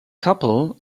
couple